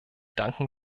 danken